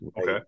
okay